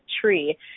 tree